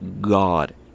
God